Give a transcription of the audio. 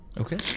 Okay